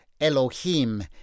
Elohim